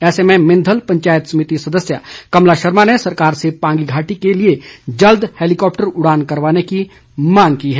ऐसे में मिंधल पंचायत समिति सदस्या कमला शर्मा ने सरकार से पांगी घाटी के लिए जल्द हैलीकॉप्टर उड़ान करवाने की मांग की है